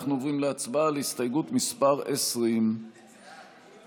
אנחנו עוברים להצבעה על הסתייגות מס' 20. ההסתייגות